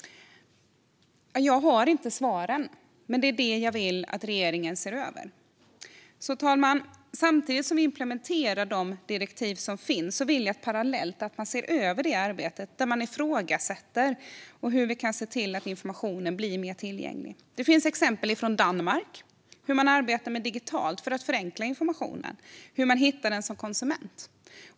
Jag har inte svaren, men det är detta som jag vill att regeringen ska se över. Fru talman! Samtidigt som de direktiv som finns implementeras vill jag att man ser över detta, ifrågasätter och ser hur man kan se till att informationen blir mer tillgänglig. Det finns exempel från Danmark på hur man arbetar digitalt för att förenkla informationen och om hur man hittar den som konsument.